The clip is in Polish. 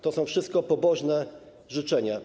To są wszystko pobożne życzenia.